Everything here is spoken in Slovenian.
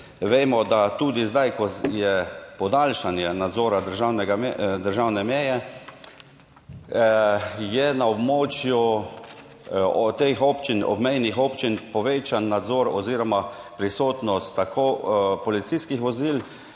vemo, da tudi zdaj, ko je podaljšanje nadzora državne meje je na območju teh občin, obmejnih občin povečan nadzor oziroma prisotnost tako policijskih vozil,